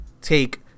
take